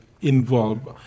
involved